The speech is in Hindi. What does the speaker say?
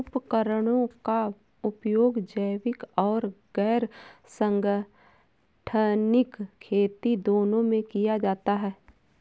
उपकरणों का उपयोग जैविक और गैर संगठनिक खेती दोनों में किया जाता है